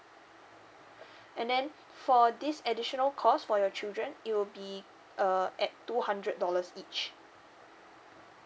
and then for this additional cost for your children it will be uh at two hundred dollars each